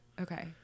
Okay